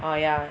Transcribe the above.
oh yeah